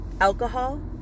alcohol